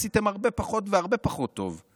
עשיתם הרבה פחות והרבה פחות טוב.